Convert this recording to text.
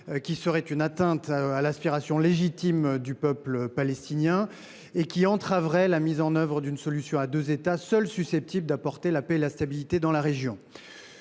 qui serait une atteinte aux aspirations légitimes du peuple palestinien et qui entraverait la mise en œuvre d’une solution à deux États, seule susceptible d’apporter la paix et la stabilité dans la région.